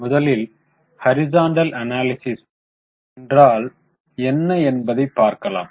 முதலில் horizontal analysis என்றால் என்ன என்பதை பார்க்கலாம்